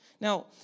Now